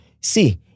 See